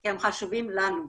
כי הם חשובים לנו.